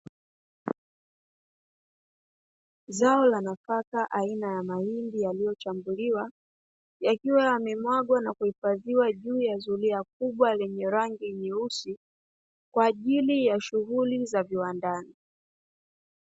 Zao la nafaka aina ya mahindi yaliyochambuliwa, yakiwa yamemwagwa na kuhifadhiwa juu ya zulia kubwa lenye rangi nyeusi, kwa ajili ya shughuli za viwandani.